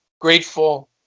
grateful